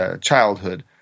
childhood